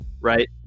Right